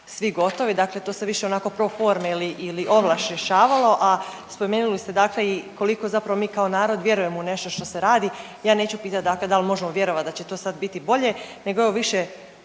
svi gotovi, dakle to se više onako pro forme ili ovlaš rješavalo, a spomenuli ste koliko mi zapravo kao narod vjerujemo u nešto što se radi. Ja neću pitat dal možemo vjerovat da će to sad biti bolje nego evo više